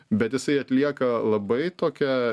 bet jisai atlieka labai tokią